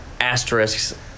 asterisks